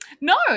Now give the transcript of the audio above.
No